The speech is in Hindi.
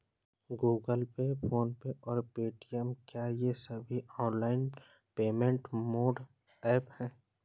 गूगल पे फोन पे और पेटीएम क्या ये सभी ऑनलाइन पेमेंट मोड ऐप हैं?